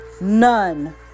none